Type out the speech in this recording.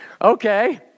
Okay